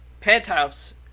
Penthouse